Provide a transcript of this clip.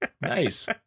Nice